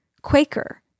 Quaker